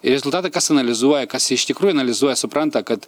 rezultatai kas analizuoja kas iš tikrųjų analizuoja supranta kad